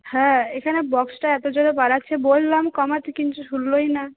হ্যাঁ এখানে বক্সটা এতো জোরে বাজাচ্ছে বললাম কমাতে কিন্তু শুনলই না